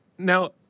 Now